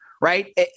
right